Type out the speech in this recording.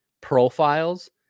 profiles